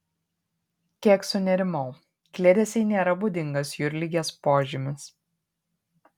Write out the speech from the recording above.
kiek sunerimau kliedesiai nėra būdingas jūrligės požymis